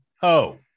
ho